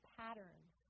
patterns